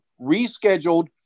rescheduled